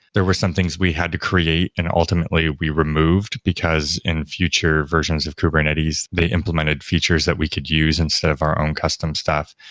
there were some things we had to create and ultimately we removed, because in future versions of kubernetes they implemented features that we could use instead of our own custom stuff.